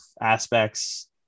aspects